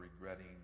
regretting